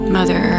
Mother